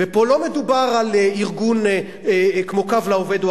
ופה לא מדובר על ארגון כמו "קו לעובד" או